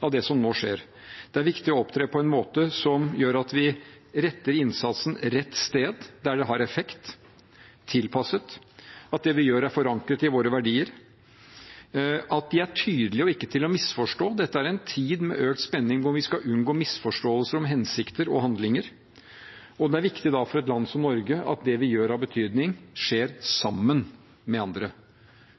av det som nå skjer. Det er viktig å opptre på en måte som gjør at vi retter innsatsen mot rett sted, der det har effekt, tilpasset, og at det vi gjør, er forankret i våre verdier, at de er tydelige og ikke til å misforstå. Dette er en tid med økt spenning hvor vi skal unngå misforståelser om hensikter og handlinger. Det er da viktig for et land som Norge at det vi gjør av betydning, skjer sammen med andre.